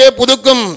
Pudukum